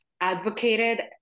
advocated